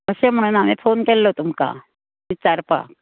अशें म्हणून हांवें फोन केल्लो तुमकां विचारपाक